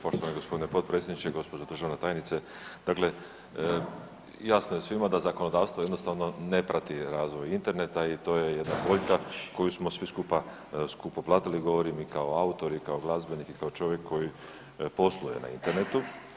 Poštovani gospodine potpredsjedniče, gospođo državna tajnice dakle jasno je svima da zakonodavstvo jednostavno ne prati razvoj interneta i to je jedna boljka koju smo svi skupa skupo platili, govorim i kao autor, i kao glazbenik i kao čovjek koji posluje na internetu.